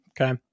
Okay